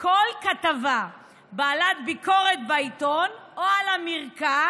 כל כתבה בעלת ביקורת בעיתון או על המרקע